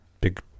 big